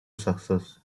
success